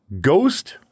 Ghost